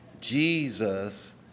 Jesus